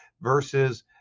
versus